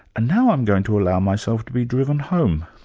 and now i'm going to allow myself to be driven home.